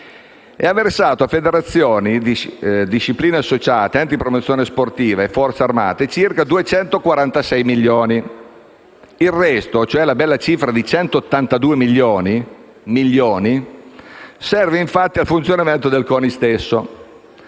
e ha versato a federazioni, discipline associate, enti di promozione sportiva e Forze armate circa 246 milioni. Il resto, cioè la bella cifra di 182 milioni di euro, serve infatti al funzionamento del CONI stesso.